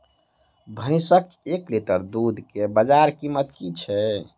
भैंसक एक लीटर दुध केँ बजार कीमत की छै?